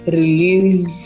release